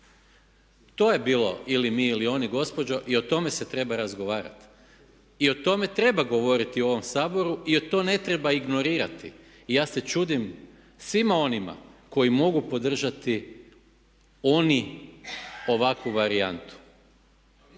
To je bilo ili mi ili oni gospođo i o tome se treba razgovarati. I o tome treba govoriti u ovom Saboru jer to ne treba ignorirati. Ja se čudim svima onima koji mogu podržati oni ovakvu varijantu.